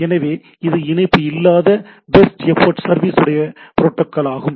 எனவே இது இணைப்பு இல்லாத பெஸ்ட் எஃபோர்ட் சர்வீஸ் உடைய புரோட்டோக்கால் ஆகும்